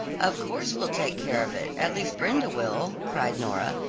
of course we'll take care of it, at least brenda will, cried nora,